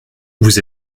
vous